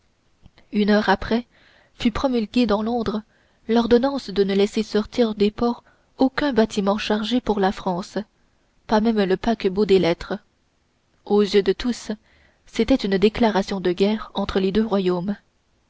une heure après fut promulguée dans londres l'ordonnance de ne laisser sortir des ports aucun bâtiment chargé pour la france pas même le paquebot des lettres aux yeux de tous c'était une déclaration de guerre entre les deux royaumes